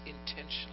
intentionally